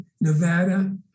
Nevada